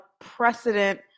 precedent